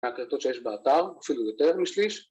‫ההקלטות שיש באתר, ‫אפילו יותר משליש